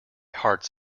hearts